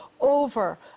over